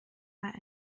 bei